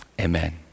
Amen